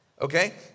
Okay